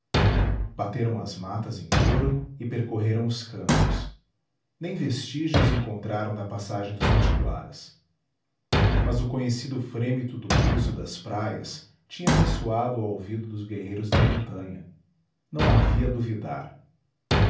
bateram as matas em torno e percorreram os campos nem vestígios encontraram da passagem dos pitiguaras mas o conhecido frêmito do búzio das praias tinha ressoado ao ouvido dos guerreiros da montanha não havia duvidar